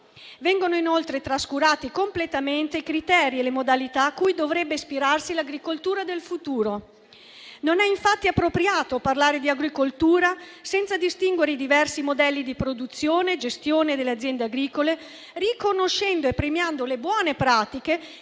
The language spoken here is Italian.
Vengono inoltre trascurati completamente i criteri e le modalità cui dovrebbe ispirarsi l'agricoltura del futuro. Non è infatti appropriato parlare di agricoltura senza distinguere i diversi modelli di produzione e gestione delle aziende agricole, riconoscendo e premiando le buone pratiche,